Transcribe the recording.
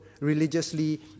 religiously